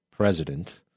president